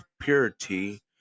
purity